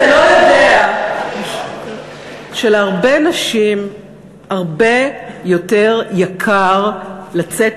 אתה לא יודע שלהרבה נשים הרבה יותר יקר לצאת